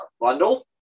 bundle